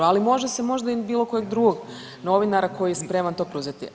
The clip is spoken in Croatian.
Ali može se možda i bilo kojeg drugog novinara koji je spreman to preuzeti.